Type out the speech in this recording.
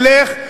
ילך,